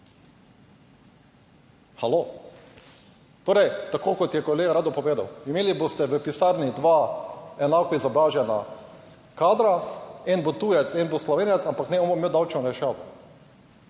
Halo?! Torej, tako kot je kolega Rado povedal, imeli boste v pisarni dva enako izobražena kadra, eden bo tujec, eden bo Slovenec, ampak ne bo imel davčne olajšave.